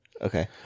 Okay